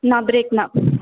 ना ब्रेक ना